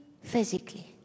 physically